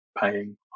paying